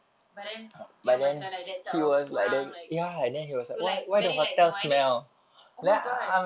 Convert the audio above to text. but then dia macam like that type of orang like to like very like no I need oh my god